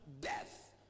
death